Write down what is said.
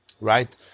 right